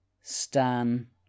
Stan